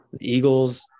Eagles